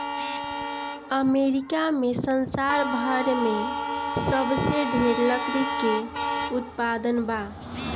America में संसार भर में सबसे ढेर लकड़ी के उत्पादन बा